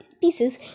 pieces